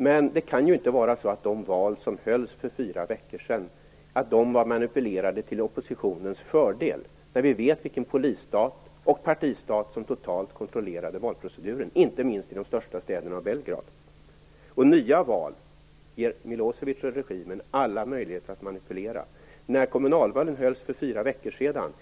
Men det kan ju inte vara så att de val som hölls för fyra veckor sedan var manipulerade till oppositionens fördel, när vi vet vilken polis och partistat som totalt kontrollerade valproceduren - inte minst i de största städerna och Nya val ger Milosevic och regimen alla möjligheter att manipulera. I valrörelsen inför kommunalvalen för fyra veckor sedan